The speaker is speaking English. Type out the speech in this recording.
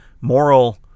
moral